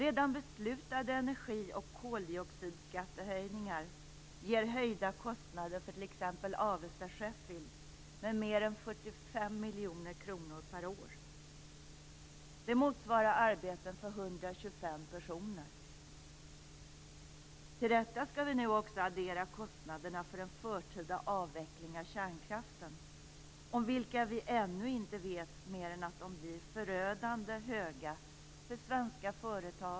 Redan beslutade energi och koldioxidskattehöjningar ger höjda kostnader för t.ex. Avesta Sheffield med mer än 45 miljoner kronor per år. Det motsvarar arbeten för 125 personer. Till detta skall vi nu också addera kostnaderna för en förtida avveckling av kärnkraften.